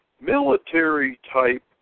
military-type